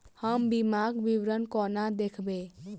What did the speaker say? हम बीमाक विवरण कोना देखबै?